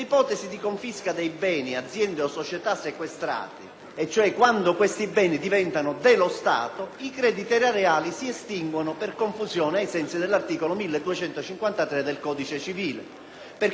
e cioè quando questi beni diventano dello Stato, i crediti erariali si estinguono per confusione ai sensi dell'articolo 1253 del codice civile, poiché lo Stato acquisisce un patrimonio e diventa creditore di se stesso.